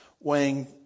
weighing